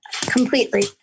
Completely